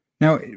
Now